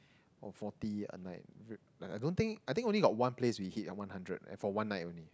or forty a night uh I don't think I think only got one place we hit like one hundred for one night only